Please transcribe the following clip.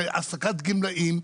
זה העסקת גמלאים,